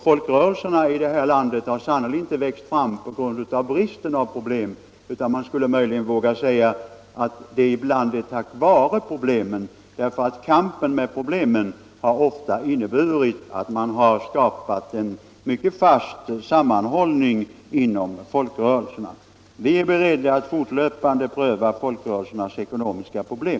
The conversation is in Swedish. Folkrörelserna i det här landet har sannerligen inte växt fram på grund av bristen på problem, utan man skulle möjligen ibland våga säga tack vare problemen. Kampen mot problemen har ofta inneburit att man skapat en mycket fast sammanhållning inom folkrörelserna. Vi är beredda att fortlöpande pröva folkrörelsernas ekonomiska problem.